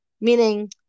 Meaning